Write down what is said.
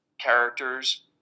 characters